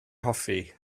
hoffi